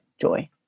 joy